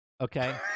Okay